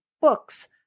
books